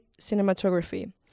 Cinematography